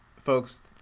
folks